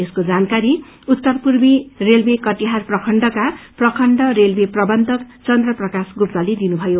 यसको जानकारी उत्तर पूर्वी रेलवे कटिहार प्रखण्डका प्रखण्ड रेलवे प्रवन्यक चन्द्र प्रकाश गुप्तले दिनुमयो